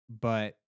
But-